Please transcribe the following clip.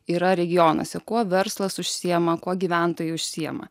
yra regionuose kuo verslas užsiema kuo gyventojai užsiema